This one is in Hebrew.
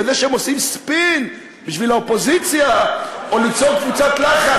בזה שהם עושים ספין בשביל האופוזיציה או ליצור קבוצת לחץ,